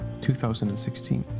2016